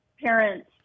parents